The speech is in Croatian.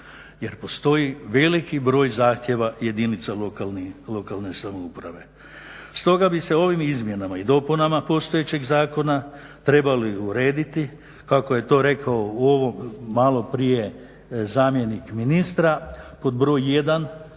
jer postoji veliki broj zahtjeva jedinice lokalne samouprave. Stoga bi se ovim izmjenama i dopunama postojećeg zakona trebali urediti kako je to rekao malo prije zamjenik ministra pod broj 1